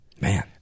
Man